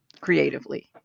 creatively